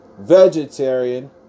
vegetarian